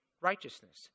righteousness